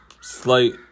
slight